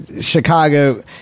Chicago –